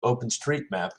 openstreetmap